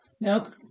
Now